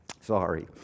Sorry